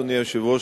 אדוני היושב-ראש,